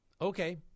Okay